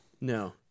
No